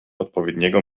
odpowiedniego